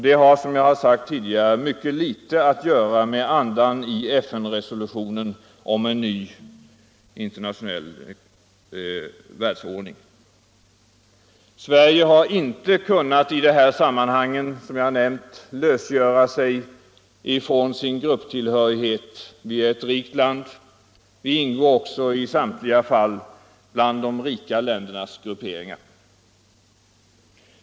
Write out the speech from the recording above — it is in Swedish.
Det har, som jag sagt tidigare, mycket litet att göra med andan i FN-resolutionen om en ny internationell världsordning. Sverige har inte i dessa sammanhang kunnat lösgöra sig från sin grupptillhörighet: Vi är ett rikt land. Vi ingår också i samtliga fall bland de rika ländernas grupperingar.